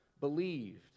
believed